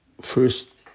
first